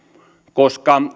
koska